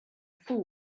fool